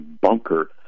bunker